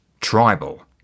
tribal